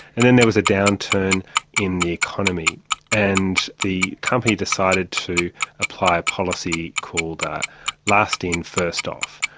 and then there was a downturn in the economy and the company decided to apply a policy called last in, first off',